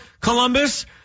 Columbus